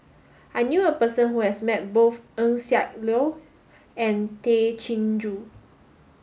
I knew a person who has met both Eng Siak Loy and Tay Chin Joo